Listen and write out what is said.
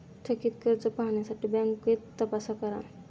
थकित कर्ज पाहण्यासाठी बँकेत तपास करा